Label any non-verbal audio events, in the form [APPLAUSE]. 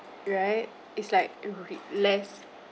right it's like [NOISE] less